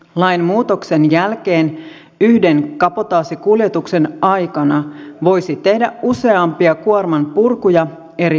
lainmuutoksen jälkeen yhden kabotaasikuljetuksen aikana voisi tehdä useampia kuormanpurkuja eri paikkoihin